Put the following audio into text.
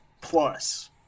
plus